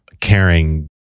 caring